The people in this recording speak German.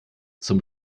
zum